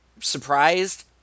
surprised